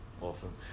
awesome